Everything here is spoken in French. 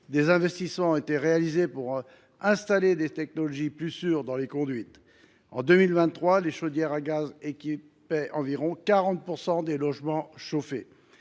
Des investissements ont été réalisés pour installer des technologies plus sûres dans les conduites. En 2023, les chaudières à gaz équipaient environ 40 % des logements chauffés.